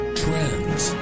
trends